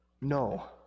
No